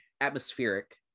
atmospheric